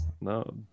No